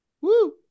Woo